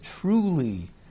truly